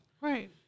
Right